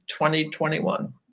2021